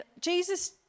Jesus